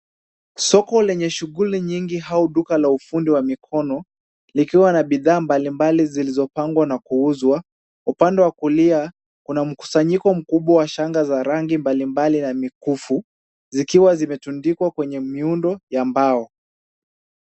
Soko lenye shughuli nyingi au duka la ufundi wa mikono, likiwa na bidhaa mbalimbali zilizopangwa na kuuzwa. Upande wa kulia kuna mkusanyiko mkubwa wa shanga za rangi mbalimbali na mikufu, zikiwa zimetundikwa kwenye miundo ya mbao.